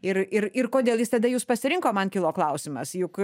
ir ir ir kodėl jis tada jūs pasirinko man kilo klausimas juk